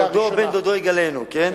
הוא יכול להביא, דודו או בן-דודו יגאלנו, כן?